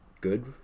good